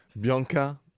Bianca